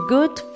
Good